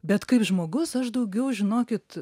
bet kaip žmogus aš daugiau žinokit